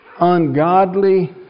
ungodly